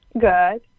Good